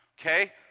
Okay